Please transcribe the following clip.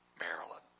Maryland